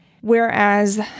Whereas